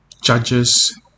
judges